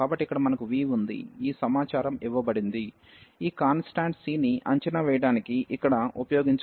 కాబట్టి ఇక్కడ మనకు v ఉంది ఈ సమాచారం ఇవ్వబడింది ఈ కాన్స్టాంట్ cని అంచనా వేయడానికి ఇక్కడ ఉపయోగించవచ్చు